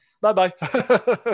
bye-bye